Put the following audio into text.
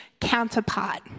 counterpart